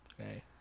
okay